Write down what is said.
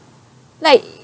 like